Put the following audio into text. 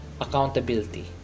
accountability